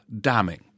damning